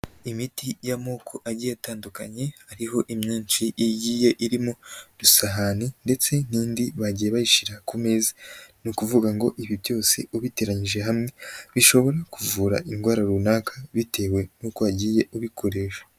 Imiti y'amoko agiye atandukanye, hariho imyishi igiye irimo isahani ndetse n'indi bagiye bayishyira ku meza, ni ukuvuga ngo ibi byose ubiteranyije hamwe bishobora kuvura indwara runaka, bitewe n'uko wagiye ubikoresha.